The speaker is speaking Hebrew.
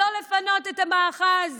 שלא לפנות את המאחז